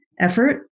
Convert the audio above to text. effort